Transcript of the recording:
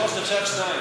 היושב-ראש, אפשר שניים.